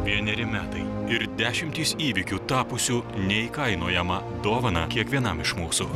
vieneri metai ir dešimtys įvykių tapusių neįkainojama dovana kiekvienam iš mūsų